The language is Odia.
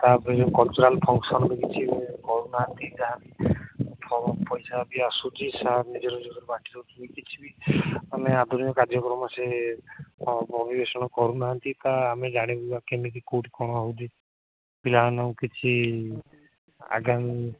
ତା ପାଇଁ କଲ୍ଚରାଲ୍ ଫଙ୍କସନ୍ ବି କିଛି କରୁନାହାନ୍ତି ଯାହା ବି ଫଣ୍ଡ ପଇସା ବି ଆସୁଛି ସାର୍ ନିଜର ନିଜର ବାଣ୍ଟି ନେଉଛନ୍ତି କିଛି ବି ଆମେ ଆଦରଣୀୟ କାର୍ଯ୍ୟକ୍ରମ ସେ ପରିବେଷଣ କରୁନାହାନ୍ତି କା ଆମେ ଜାଣିବୁ ବା କେମିତି କୋଉଠି କ'ଣ ହେଉଛି ପିଲାମାନଙ୍କୁ କିଛି ଆଗାମୀ